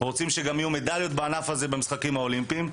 רוצים שגם יהיו מדליות בענף הזה במשחקים האולימפיים,